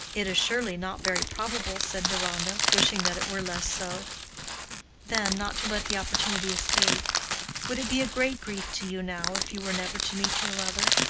it is surely not very probable, said deronda, wishing that it were less so then, not to let the opportunity escape would it be a great grief to you now if you were never to meet your mother?